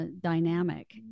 dynamic